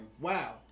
Wow